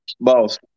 boss